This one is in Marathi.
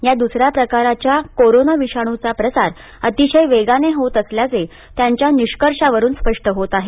या दुसऱ्या प्रकारच्या कोरोना विषाणूचा प्रसार अतिशय वेगाने होत असल्याचे त्यांच्या निष्कर्षावरून स्पष्ट होत आहे